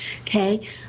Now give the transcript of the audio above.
Okay